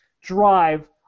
drive